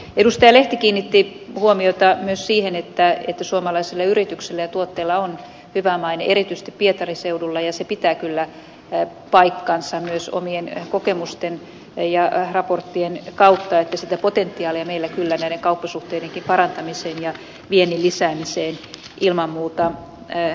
lehti kiinnitti huomiota myös siihen että suomalaisilla yrityksillä ja tuotteilla on hyvä maine erityisesti pietarin seudulla ja se pitää kyllä paikkansa myös omien kokemusteni ja raporttien kautta että sitä potentiaalia meillä kyllä näiden kauppasuhteidenkin parantamiseen ja viennin lisäämiseen ilman muuta on